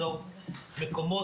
ליצור מקומות